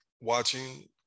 watching